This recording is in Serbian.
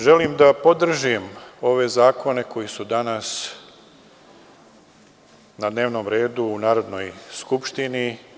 Želim da podržim ove zakone koji su danas na dnevnom redu u Narodnoj skupštini.